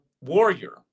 warrior